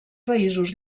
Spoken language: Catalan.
països